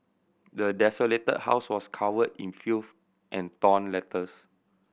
the desolated house was covered in filth and torn letters